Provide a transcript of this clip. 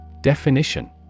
Definition